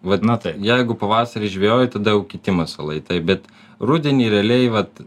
vadina taip jeigu pavasarį žvejoji tada jau kiti masalai taip bet rudenį realiai vat